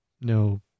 No